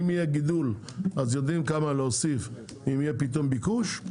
אם יהיה גידול אז יודעים כמה להוסיף אם יהיה פתאום ביקוש,